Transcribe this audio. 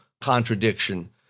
contradiction